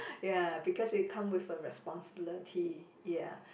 ya because it come with a responsibility ya